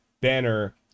banner